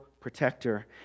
protector